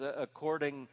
according